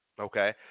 Okay